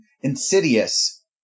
insidious